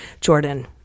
Jordan